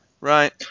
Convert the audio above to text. Right